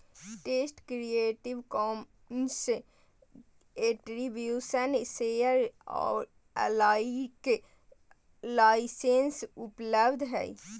text creative commons attribution share alike licence उपलब्ध हइ